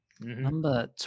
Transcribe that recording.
Number